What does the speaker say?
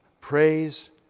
Praise